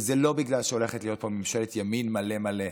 וזה לא בגלל שהולכת להיות פה ממשלת ימין מלא מלא,